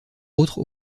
autres